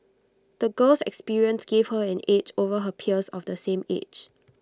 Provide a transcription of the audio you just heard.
the girl's experiences gave her an edge over her peers of the same age